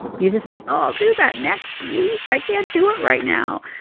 you just say, oh, i'll do that next week. i can't do it right now.